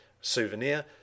souvenir